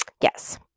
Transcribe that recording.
Yes